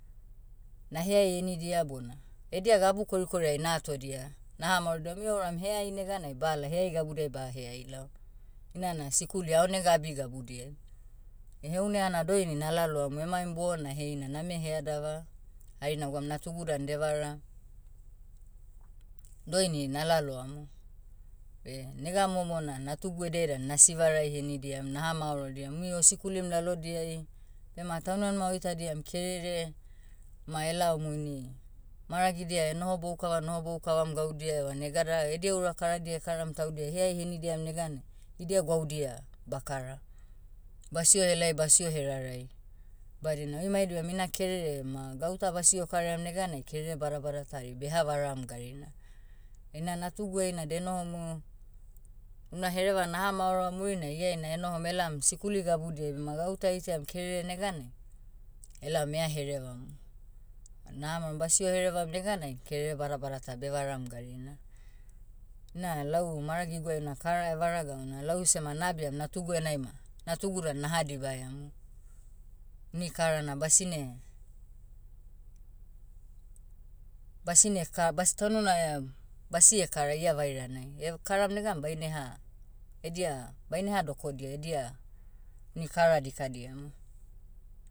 Naheai enidia bona, edia gabu korikori ai natodia. Nahamaorodia umui ouram heai neganai bala heai gabudiai baheai lao. Inana sikuli aonega abi gabudiai. Eheunaia na doini na laloamu emaim bona heina name headava, hari nagwaum natugu dan devara, doini nalaloamu. Beh nega momo na natugu ediai dan na sivarai henidiam naha maorodiam umui osikulim lalodiai, bema taunimanima oitadiam kerere, ma elaomu ini, maragidia enohobou kava nohobou kavam gaudia evana gadara edia ura karadia ekaram taudia eheai henidiam neganai, idia gwaudia, bakara. Basio helai basio herarai. Badina oi mai dibam ina kerere ma gauta basio karaiam neganai kerere badabada ta hari beha varam garina. Eina natugu heina denohomu, una hereva nahamaoroa murinai ia eina enohom elaom sikuli gabudiai bema gauta eitaiam kerere neganai, elaom ea herevamu. Naha maoroam basio herevam neganai kerere badabada ta bevaram garina. Na lau maragiguai una kara evara gauna lau ese ma nabiam natugu enai ma, natugu dan naha dibaiamu. Ni kara na basine- basine ka- bas- taunana- basie kara ia vairanai. Ev- karam negan baine ha, edia, baine ha dokodia edia, ini kara dikadia mo.